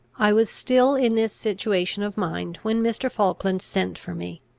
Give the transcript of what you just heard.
i was still in this situation of mind when mr. falkland sent for me.